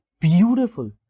beautiful